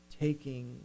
taking